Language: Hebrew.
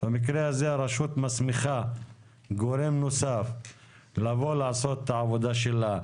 במקרה הזה הרשות מסמיכה גורם נוסף לעשות את העבודה שלה.